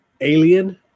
alien